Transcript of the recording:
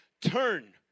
Turn